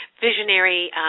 visionary